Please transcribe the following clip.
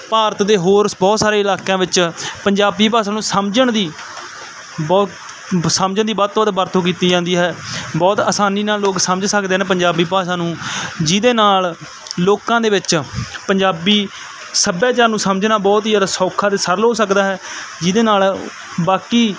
ਭਾਰਤ ਦੇ ਹੋਰ ਸ ਬਹੁਤ ਸਾਰੇ ਇਲਾਕਿਆਂ ਵਿੱਚ ਪੰਜਾਬੀ ਭਾਸ਼ਾ ਨੂੰ ਸਮਝਣ ਦੀ ਬਹੁਤ ਬ ਸਮਝਣ ਦੀ ਵੱਧ ਤੋਂ ਵੱਧ ਵਰਤੋਂ ਕੀਤੀ ਜਾਂਦੀ ਹੈ ਬਹੁਤ ਅਸਾਨੀ ਨਾਲ ਲੋਕ ਸਮਝ ਸਕਦੇ ਨੇ ਪੰਜਾਬੀ ਭਾਸ਼ਾ ਨੂੰ ਜਿਹਦੇ ਨਾਲ ਲੋਕਾਂ ਦੇ ਵਿੱਚ ਪੰਜਾਬੀ ਸੱਭਿਆਚਾਰ ਨੂੰ ਸਮਝਣਾ ਬਹੁਤ ਹੀ ਜ਼ਿਆਦਾ ਸੌਖਾ ਅਤੇ ਸਰਲ ਹੋ ਸਕਦਾ ਹੈ ਜਿਹਦੇ ਨਾਲ ਬਾਕੀ